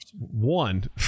One